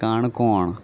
Canacona